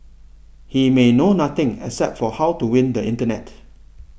he may know nothing except for how to win the internet